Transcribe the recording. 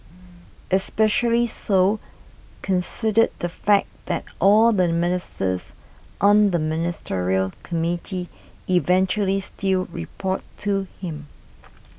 especially so consider the fact that all the ministers on the ministerial committee eventually still report to him